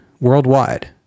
worldwide